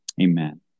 Amen